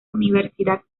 universidad